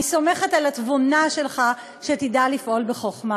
אני סומכת על התבונה שלך שתדע לפעול בחוכמה.